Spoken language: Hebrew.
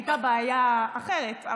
הייתה בעיה אחרת.